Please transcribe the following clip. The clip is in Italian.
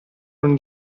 non